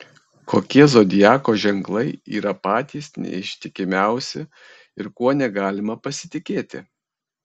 kokie zodiako ženklai yra patys neištikimiausi ir kuo negalima pasitikėti